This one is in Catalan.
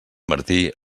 martí